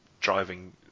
driving